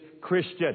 Christian